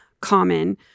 common